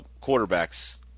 quarterbacks